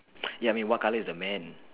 ya I mean what colour is the man